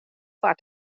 foar